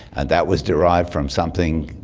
and that was derived from something,